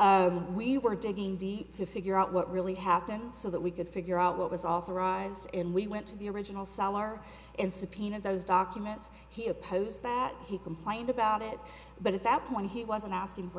and we were digging deep to figure out what really happened so that we could figure out what was authorized and we went to the original sylar and subpoena those documents he opposed he complained about it but at that point he wasn't asking for